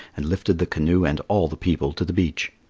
and lifted the canoe and all the people to the beach.